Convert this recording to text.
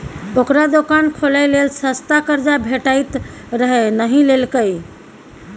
ओकरा दोकान खोलय लेल सस्ता कर्जा भेटैत रहय नहि लेलकै